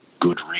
good